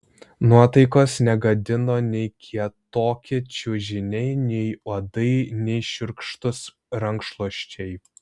nuotaikos negadino nei kietoki čiužiniai nei uodai nei šiurkštūs rankšluosčiai